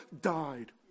died